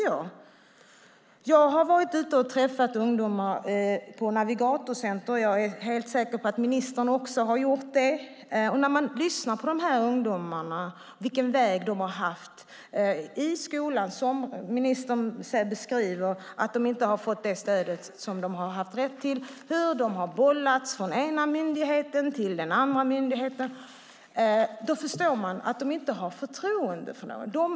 Jag har träffat ungdomar på Navigator-Center, och jag är helt säker på att ministern också har gjort det. När man lyssnar på ungdomarna och vilken väg de har gått i skolan, att de inte har fått det stöd de har haft rätt till, hur de har bollats från den ena myndigheten till den andra myndigheten, förstår man att de inte har förtroende för någon.